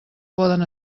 poden